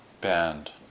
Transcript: band